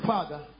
Father